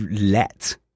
let